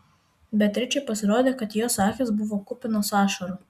beatričei pasirodė kad jos akys buvo kupinos ašarų